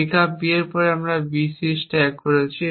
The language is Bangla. পিকআপ B এর পরে আমরা BC স্ট্যাক করেছি